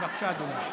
בבקשה, אדוני.